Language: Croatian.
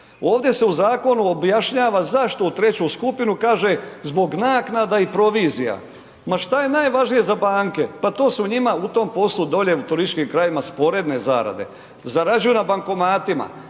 Ovdje se u zakonu objašnjava zašto u treću skupinu, kaže zbog naknada i provizija, ma šta je najvažnije za banke, pa to su njima u tom poslu dolje u turističkim krajevima sporedne zarade, zarađuju na bankomatima,